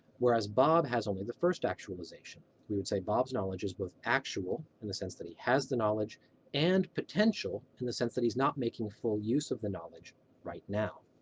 whereas bob has only the first actualization. we would say bob's knowledge is both actual in the sense that he has the knowledge and potential in the sense that he's not making full use of the knowledge right now.